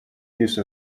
use